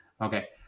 okay